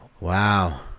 Wow